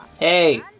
Hey